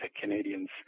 Canadians